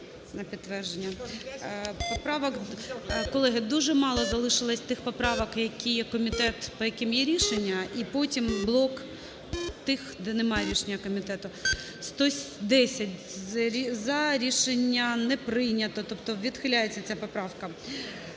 на підтвердження. Поправок… Колеги, дуже мало залишилось тих поправок, які комітет… по яким є рішення, і потім блок тих, де немає рішення комітету. 13:32:49 За-110 Рішення не прийнято. Тобто відхиляється ця поправка.